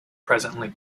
presently